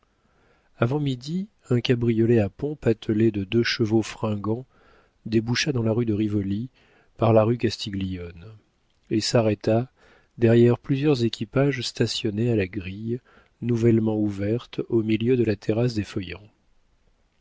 avant midi un cabriolet à pompe attelé de deux chevaux fringants déboucha dans la rue de rivoli par la rue castiglione et s'arrêta derrière plusieurs équipages stationnés à la grille nouvellement ouverte au milieu de la terrasse